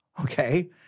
Okay